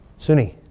sunni.